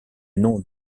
nom